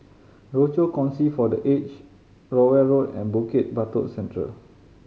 Rochor Kongsi for The Aged Rowell Road and Bukit Batok Central